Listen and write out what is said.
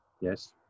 Yes